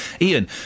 Ian